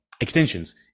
extensions